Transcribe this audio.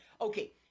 okay